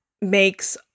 makes